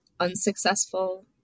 unsuccessful